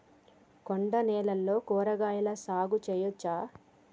కొండ నేలల్లో కూరగాయల సాగు చేయచ్చా?